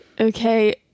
okay